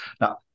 Now